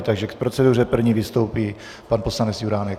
Takže k proceduře první vystoupí pan poslanec Juránek.